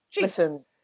listen